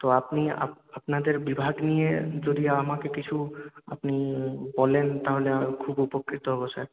তো আপনি আপনাদের বিভাগ নিয়ে যদি আমাকে কিছু আপনি বলেন তাহলে আমি খুব উপকৃত হব স্যার